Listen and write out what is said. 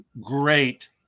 Great